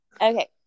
Okay